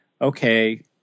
okay